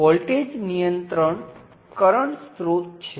ત્યાં voltage V છે અને તેમાંથી પસાર થતો કરંટ I છે